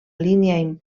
línia